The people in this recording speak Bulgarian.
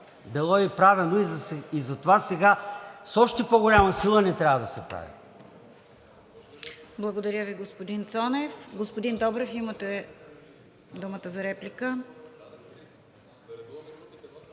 било е правено и затова сега с още по-голяма сила не трябва да се прави.